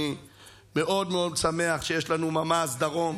אני מאוד מאוד שמח שיש לנו ממ"ז דרום